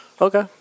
Okay